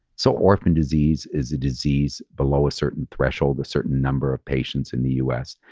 so orphan disease is a disease below a certain threshold, a certain number of patients in the us.